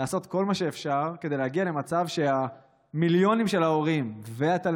לעשות כל מה שאפשר כדי להגיע למצב שמיליונים של הורים ותלמידים